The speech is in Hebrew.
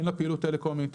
אין לה פעילות טלקומית,